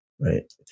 Right